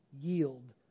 yield